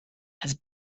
has